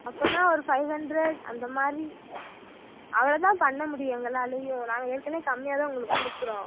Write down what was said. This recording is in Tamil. அப்போனா ஒரு ஃபைவ் ஹண்ட்ரட் அந்தமாதிரி அவ்வளோ தான் பண்ணமுடியும் எங்களாலையும் நாங்கள் ஏற்கனே கம்மியாகதான் உங்களுக்கு கொடுக்குறோம்